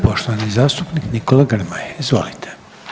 poštovani zastupnik Nikola Grmoja, izvolite.